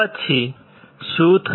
પછી શું થશે